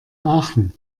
aachen